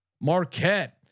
Marquette